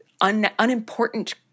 unimportant